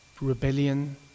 rebellion